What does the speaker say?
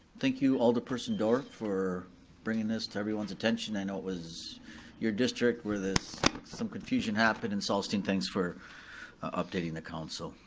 thank you, alderperson dorff, for bringing this to everyone's attention, i know it was your district where some confusion happened, and celestine, thanks for updating the council.